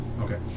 Okay